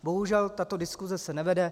Bohužel tato diskuse se nevede.